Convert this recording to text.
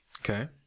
Okay